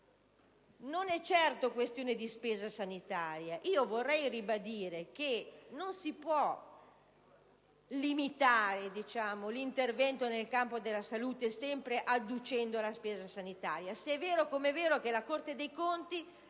Non è certo questione di spesa sanitaria; vorrei ribadire che non si può limitare l'intervento nel campo della salute sempre adducendo la spesa sanitaria. Se è vero che la Corte dei conti